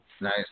Nice